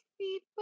people